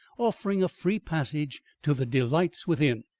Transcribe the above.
offering a free passage to the delights within.